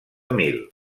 mil